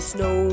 Snow